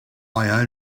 clear